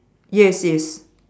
yes yes